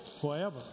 Forever